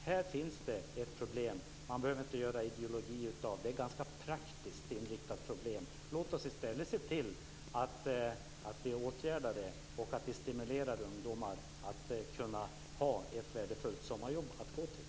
Här finns det ett problem. Man behöver inte göra ideologi av det. Det är ett ganska praktiskt inriktat problem. Låt oss i stället se till att vi åtgärdar det och att vi stimulerar ungdomar till att kunna ha ett värdefullt sommarjobb att gå till.